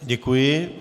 Děkuji.